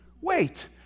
Wait